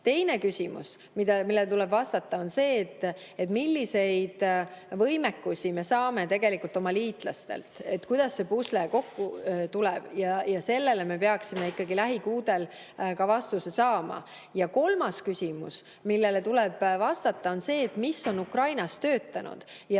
Teine küsimus, millele tuleb vastata, on see, milliseid võimekusi me saame oma liitlastelt, kuidas see pusle kokku tuleb. Sellele me peaksime ikkagi lähikuudel ka vastuse saama. Kolmas küsimus, millele tuleb vastata, on see, et mis on Ukrainas töötanud.